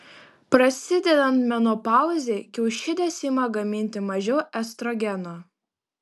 prasidedant menopauzei kiaušidės ima gaminti mažiau estrogeno